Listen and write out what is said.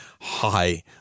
high